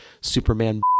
superman